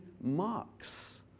marks